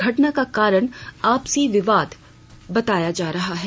घटना का कारण आपसी विवाद बताया जा रहा है